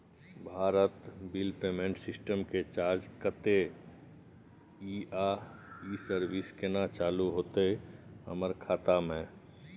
Bharat bill payment system के charge कत्ते इ आ इ सर्विस केना चालू होतै हमर खाता म?